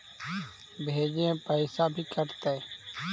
भेजे में पैसा भी कटतै?